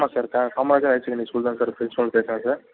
ஆமாம் sir higher secondary school தான் sir principal பேசுறேன் சார்